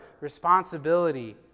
responsibility